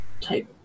Type